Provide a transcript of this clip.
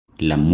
la